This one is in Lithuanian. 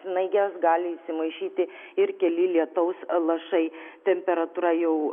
snaiges gali įsimaišyti ir keli lietaus lašai temperatūra jau